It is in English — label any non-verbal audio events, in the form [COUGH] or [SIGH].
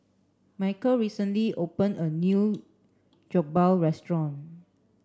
Mykel recently opened a new [NOISE] Jokbal restaurant